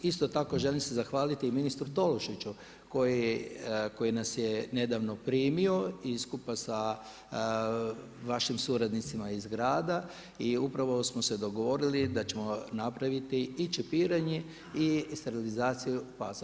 Isto tako želim se zahvaliti ministru Tolušiću koji nas je nedavno primio i skupa sa vašim suradnicima iz grada i upravo smo se dogovorili da ćemo napraviti i čepiranje i sterilizaciju pasa.